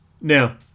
Now